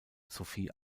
sophie